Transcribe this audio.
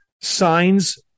signs